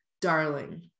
Darling